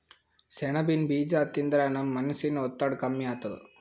ಸೆಣಬಿನ್ ಬೀಜಾ ತಿಂದ್ರ ನಮ್ ಮನಸಿನ್ ಒತ್ತಡ್ ಕಮ್ಮಿ ಆತದ್